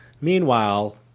Meanwhile